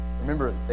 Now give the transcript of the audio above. remember